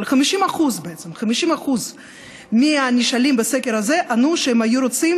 50% מהנשאלים בסקר הזה ענו שהם היו רוצים